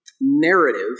narrative